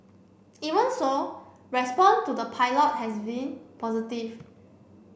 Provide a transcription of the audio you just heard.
even so response to the pilot has been positive